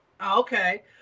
Okay